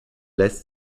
lässt